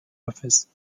office